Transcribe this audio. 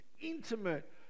intimate